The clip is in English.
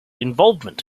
involvement